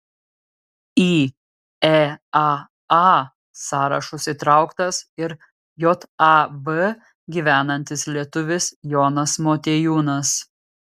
į eaa sąrašus įtrauktas ir jav gyvenantis lietuvis jonas motiejūnas